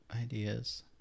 ideas